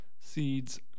seeds